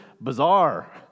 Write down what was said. bizarre